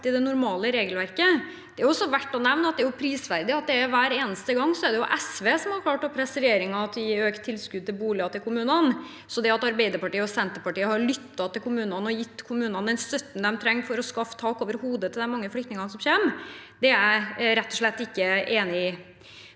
det normale regelverket. Det er også verdt å nevne – og det er prisverdig – at hver eneste gang er det SV som har klart å presse regjeringen til å gi kommunene økt tilskudd til boliger. Så det at Arbeiderpartiet og Senterpartiet har lyttet til kommunene og gitt kommunene den støtten de trenger for å skaffe tak over hodet til de mange flyktningene som kommer, er jeg rett og slett ikke enig i.